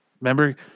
Remember